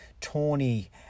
Tawny